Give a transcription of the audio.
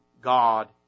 God